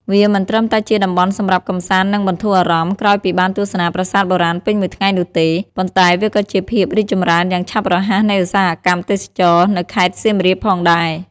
វាមិនត្រឹមតែជាតំបន់សម្រាប់ កម្សាន្ត និងបន្ធូរអារម្មណ៍ ក្រោយពីបានទស្សនាប្រាសាទបុរាណពេញមួយថ្ងៃនោះទេ ប៉ុន្តែវាក៏ជាភាពរីកចម្រើនយ៉ាងឆាប់រហ័សនៃឧស្សាហកម្មទេសចរណ៍ នៅខេត្តសៀមរាបផងដែរ។